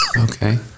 Okay